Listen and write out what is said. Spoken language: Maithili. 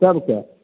सबके